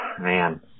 man